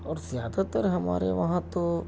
اور زیادہ تر ہمارے وہاں تو